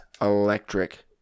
electric